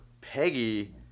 Peggy